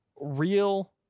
real